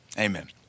amen